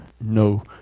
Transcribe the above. no